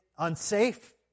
Unsafe